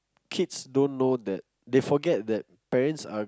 kids don't know that they forget that parents are